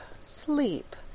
sleep